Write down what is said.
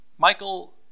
Michael